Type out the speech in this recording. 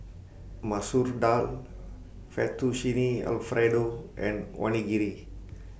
Masoor Dal Fettuccine Alfredo and Onigiri